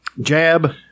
Jab